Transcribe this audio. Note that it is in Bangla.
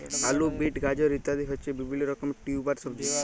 আলু, বিট, গাজর ইত্যাদি হচ্ছে বিভিল্য রকমের টিউবার সবজি